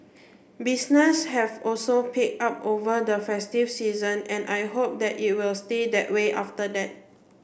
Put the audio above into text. business have also picked up over the festive season and I hope that it will stay that way after that